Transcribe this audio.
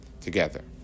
together